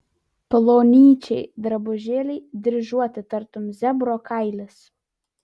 plonyčiai drabužėliai dryžuoti tarytum zebro kailis